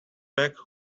back